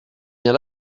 bien